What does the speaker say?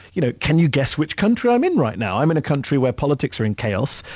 you know can you guess which country i'm in right now? i'm in a country where politics are in chaos.